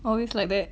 always like that